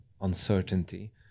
uncertainty